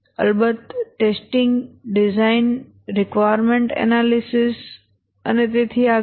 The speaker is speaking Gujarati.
અલબત્ત ટેસ્ટીંગ ડિઝાઇન રીકવાયર્મેન્ટ એનાલિસિસ અને તેથી આગળ